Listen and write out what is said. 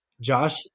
Josh